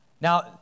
Now